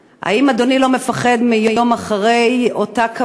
האם אדוני לא מפחד מהיום שאחרי שאותה כוונה,